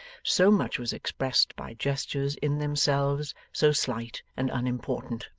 so much was expressed by gestures in themselves so slight and unimportant.